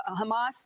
Hamas